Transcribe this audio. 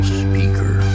speaker